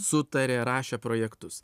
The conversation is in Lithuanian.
sutarė rašė projektus